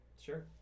sure